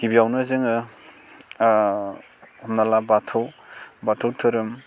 गिबियानो जोङो हमना ला बाथौ बाथौ धोरोम